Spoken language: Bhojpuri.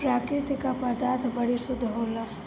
प्रकृति क पदार्थ बड़ी शुद्ध होला